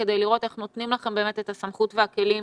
כדי לראות איך נותנים לכם באמת את הסמכות והכלים